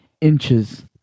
Inches